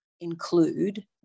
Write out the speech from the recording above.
Include